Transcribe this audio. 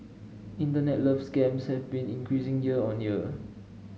internet love scams have been increasing year on year